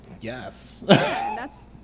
yes